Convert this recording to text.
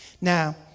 Now